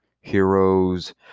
heroes